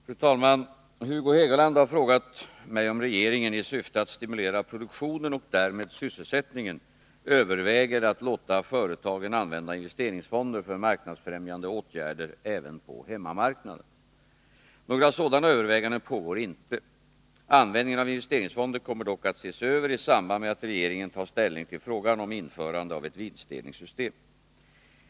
Fru talman! Hugo Hegeland har frågat mig om regeringen — i syfte att stimulera produktionen och därmed sysselsättningen — överväger att låta företagen använda investeringsfonder för marknadsfrämjande åtgärder även på hemmamarknaden. Några sådana överväganden pågår inte. Användningen av investeringsfonder kommer dock att ses över i samband med att regeringen tar ställning till frågan om införande av ett vinstdelningssystem.